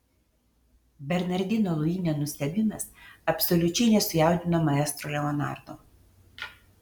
bernardino luinio nustebimas absoliučiai nesujaudino maestro leonardo